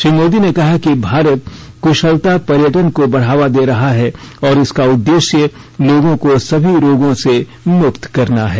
श्री मोदी ने कहा कि भारत कुशलता पर्यटन को बढ़ावा दे रहा है और इसका उद्देश्य लोगों को सभी रोगों से मुक्त करना है